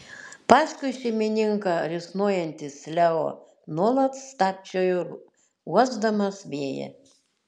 paskui šeimininką risnojantis leo nuolat stabčiojo uosdamas vėją